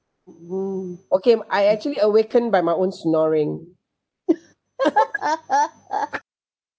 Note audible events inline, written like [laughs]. okay I actually awakened by my own snoring [laughs]